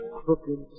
crooked